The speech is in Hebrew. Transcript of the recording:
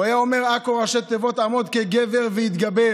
הוא היה אומר: עכו, ראשי תיבות עמוד כגבר והתגבר.